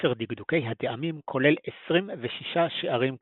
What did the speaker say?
ספר דקדוקי הטעמים כולל עשרים וששה שערים קצרים,